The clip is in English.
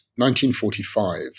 1945